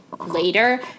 later